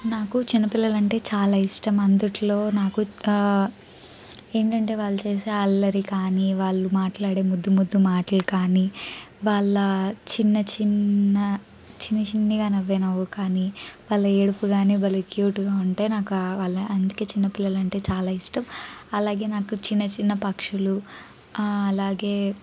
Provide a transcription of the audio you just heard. నాకు చిన్నపిల్లలంటే చాలా ఇష్టం అందులో నాకు ఏంటంటే వాళ్ళు చేసే అల్లరి కానీ వాళ్ళు మాట్లాడే ముద్దు ముద్దు మాటలు కానీ వాళ్ళ చిన్న చిన్న చిన్నిచిన్నిగా నవ్వే నవ్వు కానీ వాళ్ళ ఏడుపు కానీ భలే క్యూట్గా ఉంటే నాకు వాళ్ళ అందుకే చిన్న పిల్లలంటే చాలా ఇష్టం అలాగే నాకు చిన్న చిన్న పక్షులు అలాగే